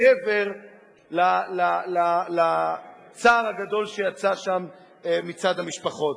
מעבר לצער הגדול שיצא שם מצד המשפחות?